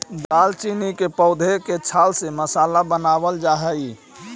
दालचीनी के पौधे के छाल से मसाला बनावाल जा हई